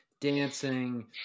Dancing